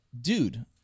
dude